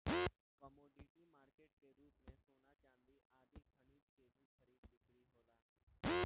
commodity market के रूप में सोना चांदी आदि खनिज के भी खरीद बिक्री होला